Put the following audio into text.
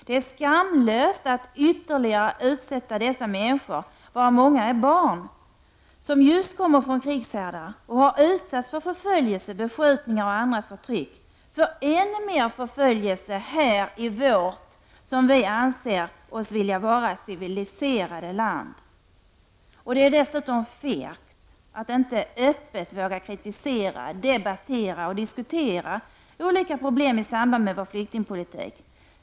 Det är skamlöst att ytterligare utsätta dessa människor — varav många är barn — som just kommer från krigshärjade länder för förföljelse, beskjutningar och förtryck, för än mera förföljelse här i vårt, som vi anser, civiliserade land. Det är dessutom fegt att inte öppet våga kritisera, debattera och diskutera olika problem med vår flyktingpolitik.